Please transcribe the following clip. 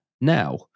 Now